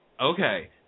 Okay